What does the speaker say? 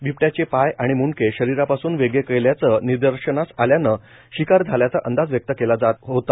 बिबट्याचे पाय व मुंडके शरिरापासून वेगळे केल्याचे निदर्शनास आल्याने शिकार झाल्याचा अंदाज व्यक्त केल्या जात होता